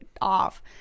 off